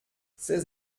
seize